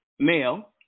male